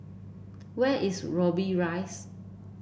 where is Robbie Rise